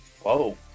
Whoa